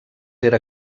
era